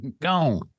Gone